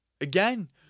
Again